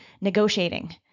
negotiating